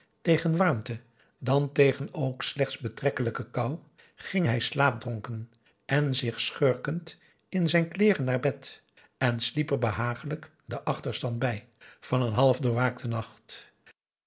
tegen warmte dan tegen ook slechts betrekkelijke kou ging hij slaapdronken en zich schurkend in zijn kleeren naar bed en sliep er behagelijk den achterstand bij van een half doorwaakten nacht